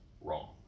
wrong